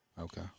Okay